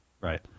Right